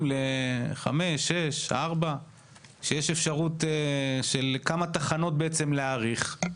לחמש ושש שנים כשיש אפשרות של כמה תחנות להארכה.